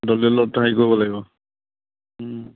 দলিলত হেৰি কৰিব লাগিব